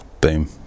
boom